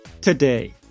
today